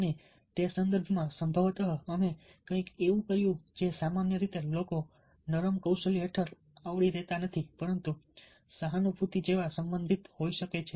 અને તે સંદર્ભમાં સંભવતઃ અમે કંઈક એવું કર્યું જે સામાન્ય રીતે લોકો નરમ કૌશલ્યો હેઠળ આવરી લેતા નથી પરંતુ તે સહાનુભૂતિ જેવા સંબંધિત હોઈ શકે છે